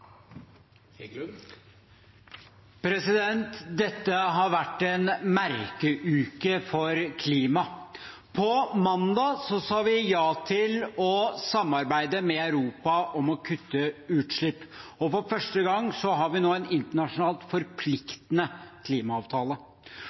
Dette har vært en merkeuke for klimaet. På mandag sa vi ja til å samarbeide med Europa om å kutte utslipp, og for første gang har vi nå en internasjonalt